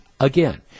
Again